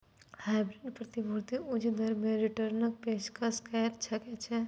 hybrid प्रतिभूति उच्च दर मे रिटर्नक पेशकश करै छै